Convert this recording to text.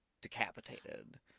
decapitated